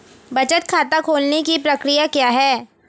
बचत खाता खोलने की प्रक्रिया क्या है?